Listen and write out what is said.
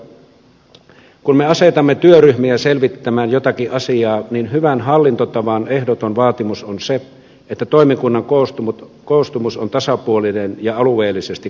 hyvät kollegat kun me asetamme työryhmiä selvittämään jotakin asiaa niin hyvän hallintotavan ehdoton vaatimus on se että toimikunnan koostumus on tasapuolinen ja alueellisesti kattava